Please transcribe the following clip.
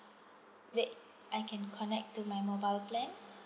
that I can connect to my mobile plan